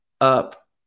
up